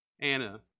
Anna